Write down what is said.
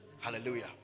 Hallelujah